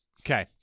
Okay